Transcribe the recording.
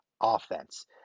offense